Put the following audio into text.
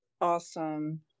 awesome